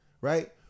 right